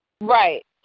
Right